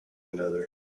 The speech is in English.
another